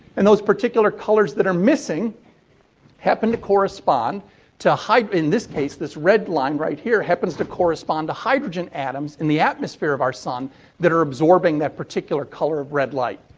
and those particular colors that are missing happen to correspond to hy in this case, this red line right here, happens to correspond to hydrogen atoms in the atmosphere of our sun that are absorbing that particular color of red light.